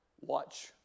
watch